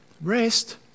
Rest